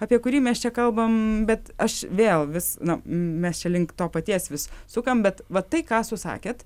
apie kurį mes čia kalbam bet aš vėl vis na mes čia link to paties vis sukam bet va tai ką susakėt